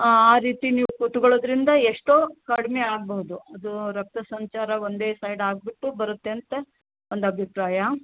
ಆ ರೀತಿ ನೀವು ಕೂತ್ಕೊಳ್ಳೋದ್ರಿಂದ ಎಷ್ಟೋ ಕಡಿಮೆ ಆಗ್ಬೌದು ಅದು ರಕ್ತ ಸಂಚಾರ ಒಂದೇ ಸೈಡ್ ಆಗಿಬಿಟ್ಟು ಬರುತ್ತೆ ಅಂತ ಒಂದು ಅಭಿಪ್ರಾಯ